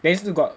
then still got